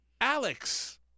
Alex